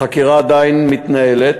החקירה עדיין מתנהלת,